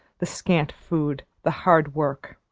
the scant food, the hard work.